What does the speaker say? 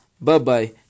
bye-bye